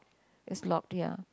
is locked ya